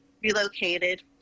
relocated